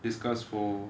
discuss for